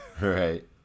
Right